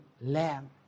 lamb